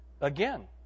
Again